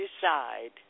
decide